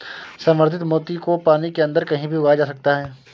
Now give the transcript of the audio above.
संवर्धित मोती को पानी के अंदर कहीं भी उगाया जा सकता है